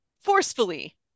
forcefully